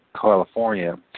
California